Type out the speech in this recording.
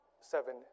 seven